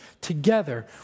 together